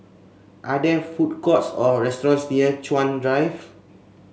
are there food courts or restaurants near Chuan Drive